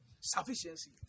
Sufficiency